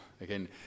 Again